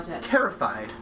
Terrified